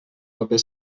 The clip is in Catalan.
paper